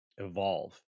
Evolve